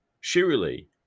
surely